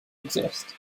exist